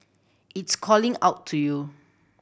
it's calling out to you